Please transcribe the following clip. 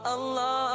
Allah